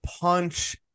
punch